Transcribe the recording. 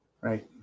right